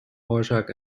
oorzaak